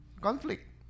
conflict